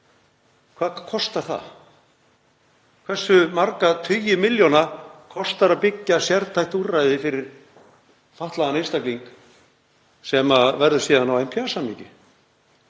Hvað kostar það? Hversu marga tugi milljóna kostar að byggja sértækt úrræði fyrir fatlaðan einstakling sem verður síðan á NPA-samningi?